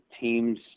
teams